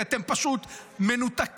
כי אתם פשוט מנותקים,